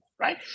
right